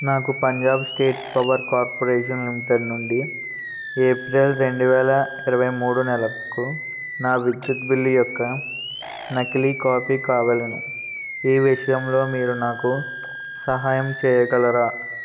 నాకు Punjab state power corporation limited నుండి April రెండు వేల ఇరవై మూడు నెలకు నా విద్యుత్ బిల్లు యొక్క నకిలీ కాపీ కావలెను ఈ విషయంలో మీరు నాకు సహాయం చేయగలరా